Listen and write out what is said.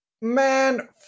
Man